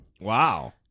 Wow